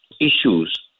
issues